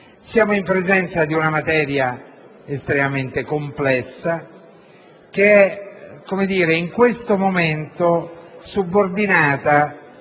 Siamo in presenza di una materia estremamente complessa, che è in questo momento subordinata